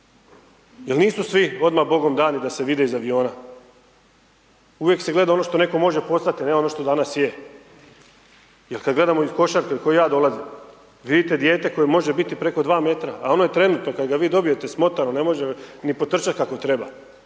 Jer nisu svi odmah Bogom dani da se vide iz aviona, uvijek se gleda ono što netko može postati a ne ono što danas je. Jer kada gledamo iz košarke, iz koje ja dolazim, vidite dijete koje može biti preko 2 metra ali ono je trenutno kada ga vi dobijete smotano, ne može ni potrčati kako treba